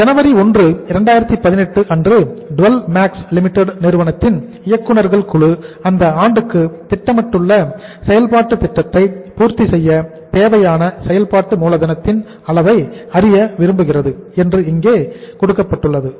1 ஜனவரி 2018 அன்று Dwell Max Limited நிறுவனத்தின் இயக்குனர்கள் குழு அந்த ஆண்டுக்கு திட்டமிட்டுள்ள செயல்பாட்டு திட்டத்தை பூர்த்தி செய்ய தேவையான செயல்பாட்டு மூலதனத்தின் அளவை அறிய விரும்புகிறது என்று இங்கே எழுதப்பட்டுள்ளது